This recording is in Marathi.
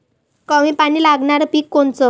कमी पानी लागनारं पिक कोनचं?